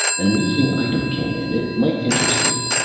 an amusing item came in. it might interest you.